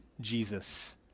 Jesus